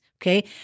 okay